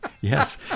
Yes